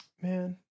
man